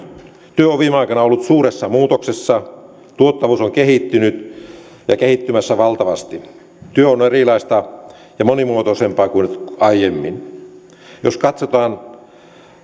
työ on viime aikoina ollut suuressa muutoksessa tuottavuus on kehittynyt ja kehittymässä valtavasti työ on on erilaista ja monimuotoisempaa kuin aiemmin katsotaan sitten